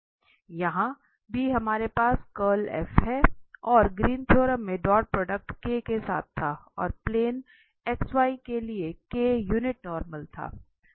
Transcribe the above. वहाँ भी हमारे पास कर्ल है और ग्रीन थ्योरम में डॉट उत्पाद के साथ था और प्लेन xy के लिए यूनिट नॉर्मल था